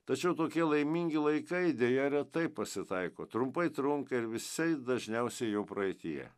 tačiau tokie laimingi laikai deja retai pasitaiko trumpai trunka ir visai dažniausiai jau praeityje